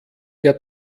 der